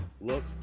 Look